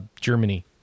Germany